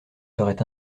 seraient